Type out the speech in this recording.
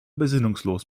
besinnungslos